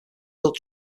built